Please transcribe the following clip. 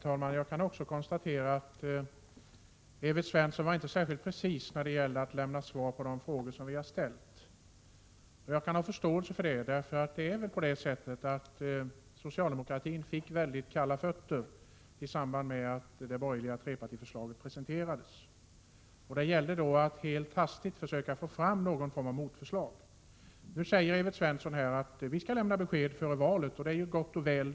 Herr talman! Också jag kan konstatera att Evert Svensson inte var särskilt precis när det gällde att lämna svar på de frågor som vi har ställt. Och jag kan ha förståelse för det. Socialdemokraterna fick väldigt kalla fötter i samband med att det borgerliga trepartiförslaget presenterades. Det gällde då att helt hastigt försöka få fram någon form av motförslag. Nu säger Evert Svensson att ”vi skall lämna besked före valet”. Det är ju gott och väl.